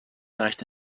erreichte